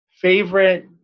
Favorite